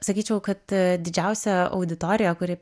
sakyčiau kad didžiausią auditoriją kuri